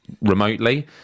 remotely